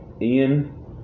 Ian